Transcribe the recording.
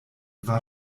war